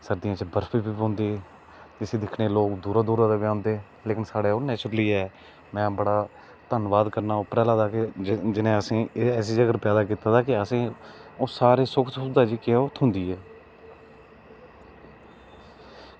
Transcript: सर्दियें च बर्फ बी पौंदी जिस्सी दिक्खने गी लोग दूरा दूरा दा बी औंदे लेकिन साढ़े ओह् नैचुरली ऐ में बड़ा धन्नबाद करना उप्पर आह्ले दा के जिन्ने असेंगी एह् ऐसी जगह पर पैदा कीते दा की असेंगी ओह् सारी सुख सुविधा जेह्की ऐ ओह् थ्होंदी ऐ